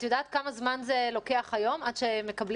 את יודעת כמה זמן זה לוקח היום עד שמקבלים